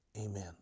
Amen